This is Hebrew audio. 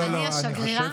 לא לא לא, אני חושב,